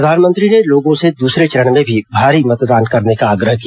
प्रधानमंत्री ने लोगों से दूसरे चरण में भी भारी मतदान करने को आग्रह किया